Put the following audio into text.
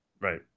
Right